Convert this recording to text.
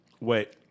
Wait